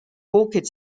orchid